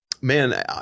Man